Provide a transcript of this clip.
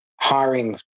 hiring